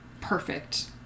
perfect